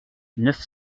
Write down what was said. neuf